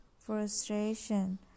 Frustration